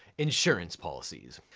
insurance policies.